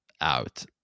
out